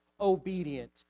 obedient